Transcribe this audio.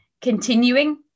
continuing